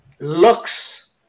looks